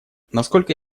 насколько